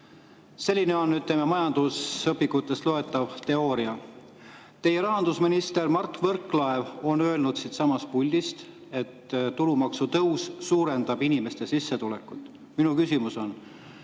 Selline on majandusõpikutest loetav teooria. Teie rahandusminister Mart Võrklaev on öelnud siitsamast puldist, et tulumaksutõus suurendab inimeste sissetulekut. Minu küsimus on: